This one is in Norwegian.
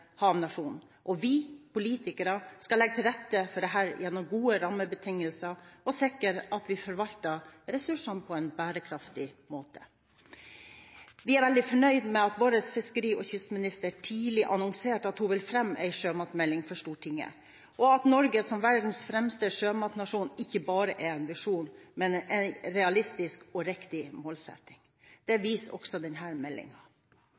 havnasjon, og vi politikere skal legge til rette for dette gjennom gode rammebetingelser og sikre at vi forvalter ressursene på en bærekraftig måte. Vi er veldig fornøyd med at vår fiskeri- og kystminister tidlig annonserte at hun ville fremme en sjømatmelding for Stortinget, og at Norge som verdens fremste sjømatnasjon ikke bare er en visjon, men en realistisk og riktig målsetting. Det